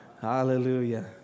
Hallelujah